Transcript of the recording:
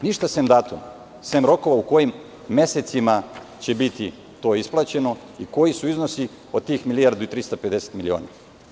Ništa sem datuma, sem rokova u kojim mesecima će biti to isplaćeno i koji su iznosi od tih 1.350.000.000 miliona.